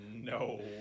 No